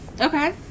Okay